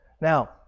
Now